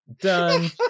done